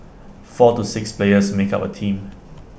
four to six players make up A team